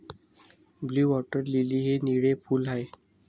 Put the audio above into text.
blue water lily हे निळे फूल आहे